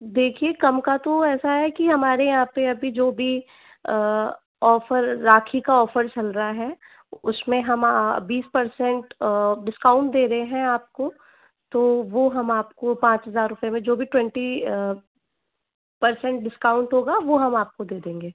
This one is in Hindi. देखिए कम का तो ऐसा है कि हमारे यहाँ पे अभी जो भी ऑफ़र राखी का ऑफ़र चल रहा है उसमें हम बीस परसेंट डिस्काउंट दे रहे हैं आपको तो वो हम आपको पाँच हज़ार में जो भी ट्वेंटी परसेंट डिस्काउंट होगा वो हम आपको दे देंगे